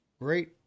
great